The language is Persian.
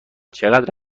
چقدر